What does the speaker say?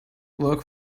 look